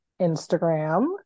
Instagram